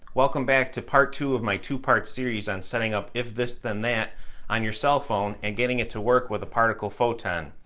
welcome back to part two of my two part series on setting up if this then that on your cell phone and getting it to work with the particle photon.